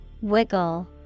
Wiggle